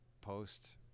post